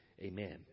amen